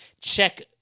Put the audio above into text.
check